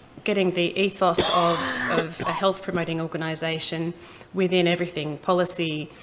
getting the ethos of of a health-promoting organisation within everything. policy,